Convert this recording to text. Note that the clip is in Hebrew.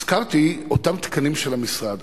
הזכרתי את אותם תקנים של המשרד.